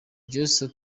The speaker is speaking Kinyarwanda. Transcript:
joss